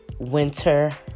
Winter